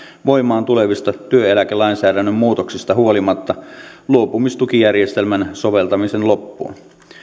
voimaan tulevista työeläkelainsäädännön muutoksista huolimatta luopumistukijärjestelmän soveltamisen loppuun